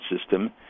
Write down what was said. system